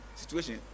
situation